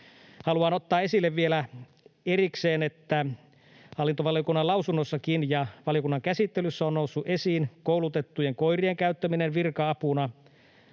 Haluan ottaa esille vielä erikseen, että hallintovaliokunnan lausunnossakin ja valiokunnan käsittelyssä on noussut esiin koulutettujen koirien käyttäminen virka-apuna.